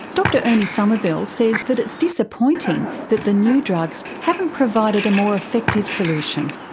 dr ernie summerville says that it's disappointing that the new drugs haven't provided a more effective solution.